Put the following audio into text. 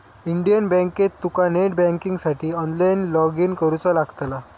Indian बँकेत तुका net बँकिंगसाठी ऑनलाईन लॉगइन करुचा लागतला